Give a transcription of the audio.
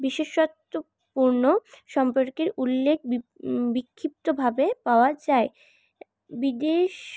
বিশেষত্বপূর্ণ সম্পর্কের উল্লেখ বিক্ষিপ্তভাবে পাওয়া যায় বিদেশ